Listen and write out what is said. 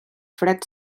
fred